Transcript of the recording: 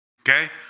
Okay